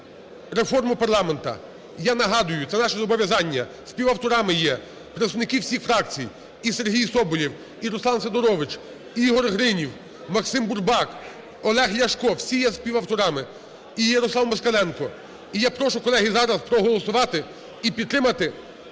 реформу парламенту. І я нагадаю, це наше зобов'язання. Співавторами є представники всі фракцій: і Сергій Соболєв, і Руслан Сидорович, і Ігор Гринів, Максим Бурбак, Олег Ляшко – всі є співавторами. І Руслан Москаленко. І я прошу, колеги, зараз проголосувати і підтримати